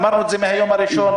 אמרנו את זה מהיום הראשון.